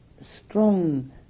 strong